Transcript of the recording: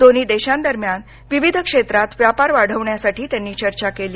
दोन्ही देशांदरम्यान विविध क्षेत्रात व्यापार वाढवण्यासाठी त्यांनी चर्चा केली